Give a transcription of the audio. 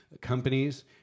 Companies